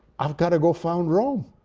i've got to go found rome!